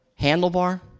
Handlebar